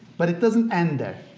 but it doesn't end there.